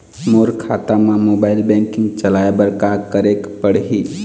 मोर खाता मा mobile banking चलाए बर का करेक पड़ही?